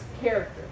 character